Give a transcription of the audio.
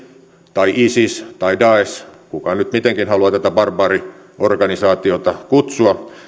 tai isis tai daesh kuka nyt mitenkin haluaa tätä barbaariorganisaatiota kutsua